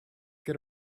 get